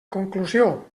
conclusió